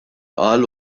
qal